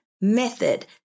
method